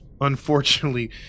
unfortunately